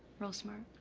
real smart.